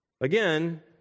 Again